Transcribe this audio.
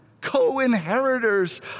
co-inheritors